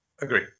Agree